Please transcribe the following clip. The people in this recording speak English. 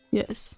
yes